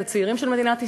את הצעירים של מדינת ישראל,